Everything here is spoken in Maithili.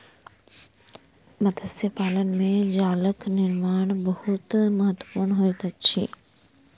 मत्स्य पालन में जालक निर्माण बहुत महत्वपूर्ण होइत अछि